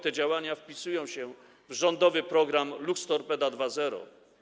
Te działania wpisują się w rządowy program „Luxtorpeda 2.0”